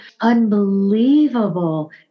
unbelievable